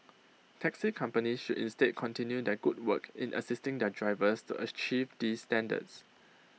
taxi companies should instead continue their good work in assisting their drivers to achieve these standards